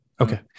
Okay